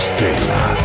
Stella